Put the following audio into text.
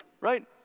right